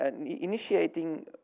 initiating